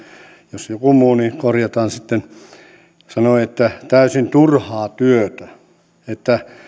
jos joku muu niin korjataan sitten joka sanoi että täysin turhaa työtä että